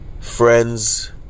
friends